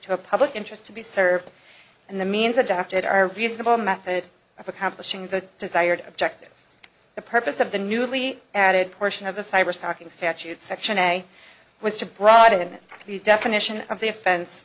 to a public interest to be served and the means adopted are reasonable method of accomplishing the desired objective the purpose of the newly added portion of the cyberstalking statute section a was to broaden the definition of the offense